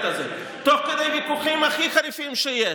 הזה תוך כדי ויכוחים הכי חריפים שיש.